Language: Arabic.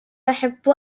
يحب